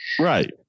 Right